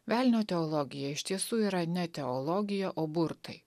velnio teologija iš tiesų yra ne teologija o burtai